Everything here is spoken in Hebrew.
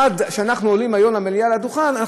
עד שאנחנו עולים היום לדוכן במליאה,